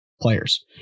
players